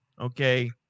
Okay